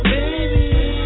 Baby